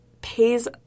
pays